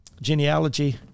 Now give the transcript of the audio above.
genealogy